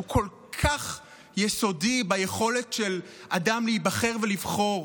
שהוא כל כך יסודי ביכולת של אדם להיבחר ולבחור,